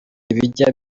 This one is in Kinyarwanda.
bijya